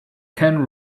can